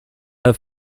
her